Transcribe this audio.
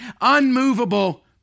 unmovable